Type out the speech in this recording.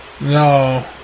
No